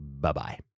Bye-bye